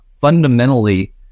fundamentally